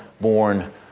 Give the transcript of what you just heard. born